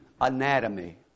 anatomy